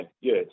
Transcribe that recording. yes